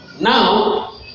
now